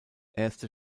erste